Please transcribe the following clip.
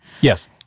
Yes